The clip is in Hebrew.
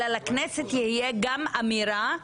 אלא לכנסת תהיה גם אמירה,